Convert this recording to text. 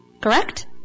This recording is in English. Correct